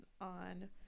on